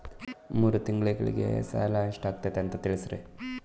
ಮೂರು ತಿಂಗಳಗೆ ಸಾಲ ಮೊತ್ತ ಎಷ್ಟು ಆಗೈತಿ ಅಂತ ತಿಳಸತಿರಿ?